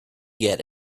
get